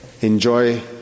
enjoy